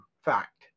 fact